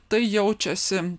tai jaučiasi